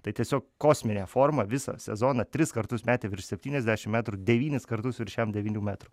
tai tiesiog kosminė forma visą sezoną tris kartus metė virš septyniasdešim metrų devynis kartus virš šem devynių metrų